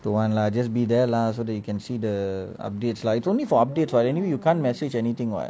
don't want lah just be there lah so that you can see the updates lah it's only for updates [what] anyway you can't message anything [what]